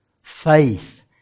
faith